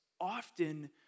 Often